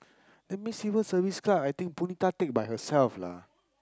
that means civil Service Club I think Punitha take by herself lah